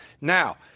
Now